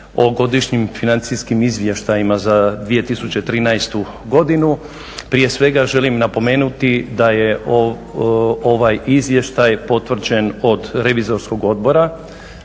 o godišnjim financijskim izvještajima za 2013. godinu. Prije svega želim napomenuti da je ovaj izvještaj potvrđen od Revizorskog odbora